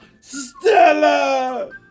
Stella